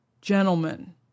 gentlemen